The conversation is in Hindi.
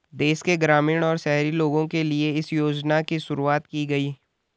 देश के ग्रामीण और शहरी लोगो के लिए इस योजना की शुरूवात की गयी